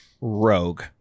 rogue